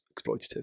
exploitative